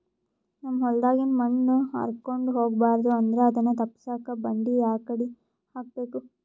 ನಮ್ ಹೊಲದಾಗಿನ ಮಣ್ ಹಾರ್ಕೊಂಡು ಹೋಗಬಾರದು ಅಂದ್ರ ಅದನ್ನ ತಪ್ಪುಸಕ್ಕ ಬಂಡಿ ಯಾಕಡಿ ಹಾಕಬೇಕು?